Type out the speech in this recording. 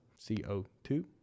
CO2